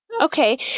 Okay